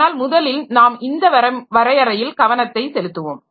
ஆனால் முதலில் நாம் இந்த வரையறையில் கவனத்தை செலுத்துவோம்